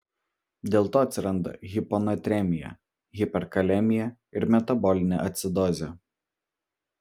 dėlto atsiranda hiponatremija hiperkalemija ir metabolinė acidozė